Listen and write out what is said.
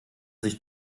sich